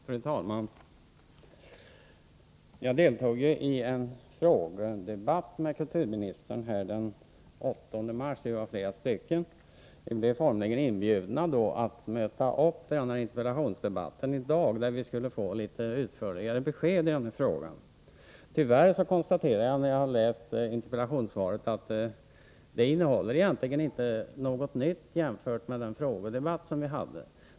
Fru talman! Jag deltog i en frågedebatt med kulturministern den 8 mars. Vi var flera stycken, och vi blev formligen inbjudna att möta upp till den här interpellationsdebatten i dag där vi skulle få litet utförligare besked i frågan. Tyvärr kan jag efter att ha läst interpellationssvaret konstatera att det egentligen inte innehåller något nytt jämfört med vad som kom fram i frågedebatten.